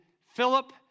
Philip